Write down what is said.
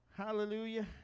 Hallelujah